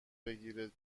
بگیره